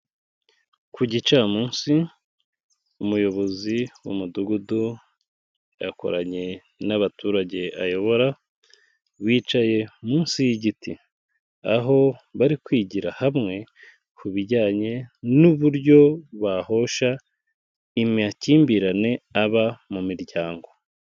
Ku gicamunsi umuyobozi w'Umudugudu, yakoranye n'abaturage ayobora, bicaye munsi y'igiti aho bari kwigira hamwe ku bijyanye n'uburyo bahosha amakimbirane aba mu miryango.